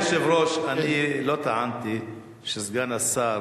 אדוני היושב-ראש, אני לא טענתי שסגן השר